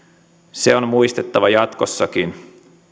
se on muistettava jatkossakin